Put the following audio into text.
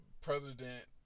president